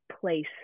place